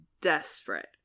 desperate